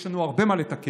יש לנו הרבה מה לתקן.